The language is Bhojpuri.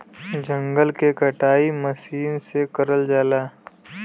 जंगल के कटाई मसीन से करल जाला